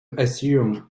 assume